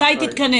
מתי היא תתכנס?